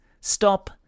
stop